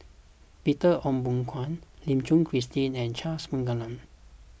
Peter Ong Boon Kwee Lim Suchen Christine and Charles Paglar